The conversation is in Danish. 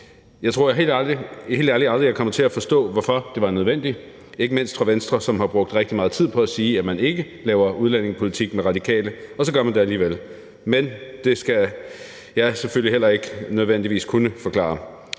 Jeg tror helt ærligt aldrig, jeg kommer til at forstå, hvorfor det var nødvendigt fra ikke mindst Venstres side, som har brugt rigtig meget tid på at sige, at man ikke laver udlændingepolitik med Radikale, og så gør man det alligevel. Men det skal jeg selvfølgelig heller ikke nødvendigvis kunne forklare.